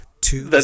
Two